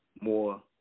more